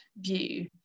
view